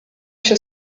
się